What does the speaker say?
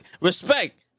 Respect